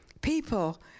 people